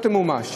לא תמומש.